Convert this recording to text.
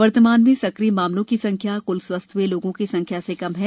वर्तमान में सकिय मामलों की संख्या कुल स्वस्थ हुए लोगों की संख्या से कम है